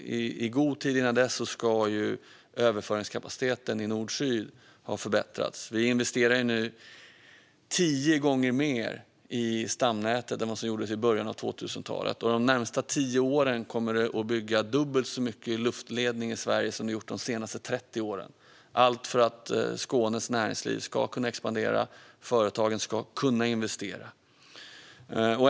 I god tid innan dess ska överföringskapaciteten från nord till syd ha förbättrats. Vi investerar nu tio gånger mer i stamnätet än vad som gjordes i början av 2000-talet. De närmaste tio åren kommer det att byggas dubbelt så mycket luftledning i Sverige som det har byggts de senaste 30 åren - allt för att Skånes näringsliv ska kunna expandera och företagen kunna investera.